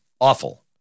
awful